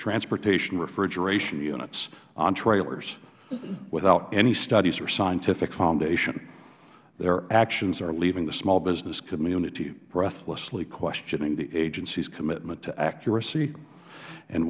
transportation refrigeration units on trailers without any studies or scientific foundation their actions are leaving the small business community breathlessly questioning the agency's commitment to accuracy and